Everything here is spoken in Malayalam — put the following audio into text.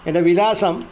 എൻ്റെ വിലാസം